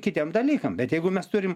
kitiem dalykam bet jeigu mes turim